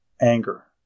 Anger